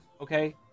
okay